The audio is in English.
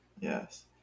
yes